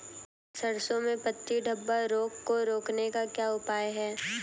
सरसों में पत्ती धब्बा रोग को रोकने का क्या उपाय है?